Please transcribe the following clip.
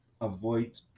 avoid